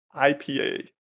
IPA